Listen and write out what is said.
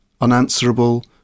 unanswerable